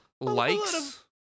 likes